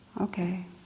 okay